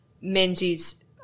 Menzies